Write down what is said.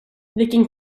vilken